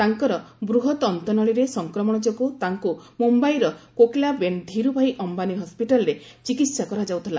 ତାଙ୍କର ବୃହତ ଅନ୍ତନଳୀରେ ସଂକ୍ରମଣ ଯୋଗୁଁ ତାଙ୍କୁ ମୁମ୍ୟାଇର କୋକିଳାବେନ୍ ଧୀରୁଭାଇ ଅୟାନୀ ହସ୍କିଟାଲରେ ଚିକିତ୍ସା କରାଯାଉଥିଲା